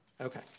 Okay